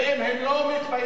ואם הם לא מתפייסים,